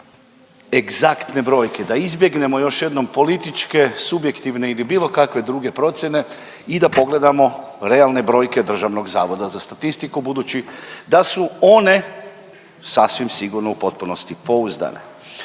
da izbjegnemo još jednom političke subjektivne ili bilo kakve druge procjene i da pogledamo realne brojke DZS-a budući da su one sasvim sigurno u potpunosti pouzdane.